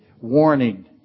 warning